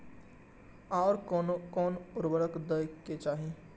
आर कोन कोन उर्वरक दै के चाही?